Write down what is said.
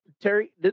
Terry